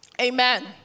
Amen